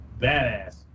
badass